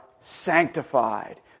sanctified